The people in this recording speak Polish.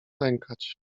lękać